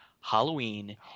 Halloween